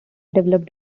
developed